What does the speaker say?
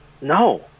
No